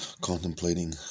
contemplating